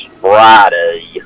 Friday